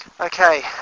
Okay